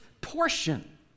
portion